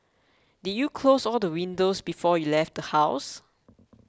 did you close all the windows before you left the house